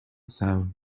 sound